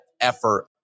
effort